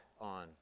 on